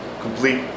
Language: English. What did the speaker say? complete